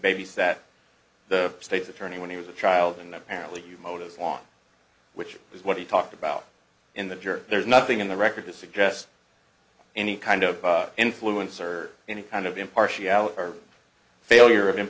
babysat the state's attorney when he was a child and apparently you motives on which is what he talked about in the jury there's nothing in the record to suggest any kind of influence or any kind of impartiality or failure